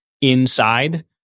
inside